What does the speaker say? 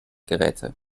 geräte